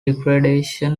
degradation